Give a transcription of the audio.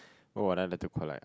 what would I like to collect ah